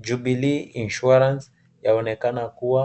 Jubilee [insurance] yaonekana kuwa